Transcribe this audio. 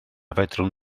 fedrwn